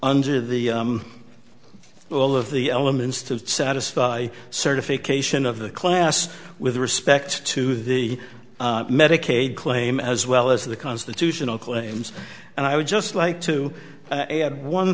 nder the well all of the elements to satisfy certification of the class with respect to the medicaid claim as well as the constitutional claims and i would just like to add one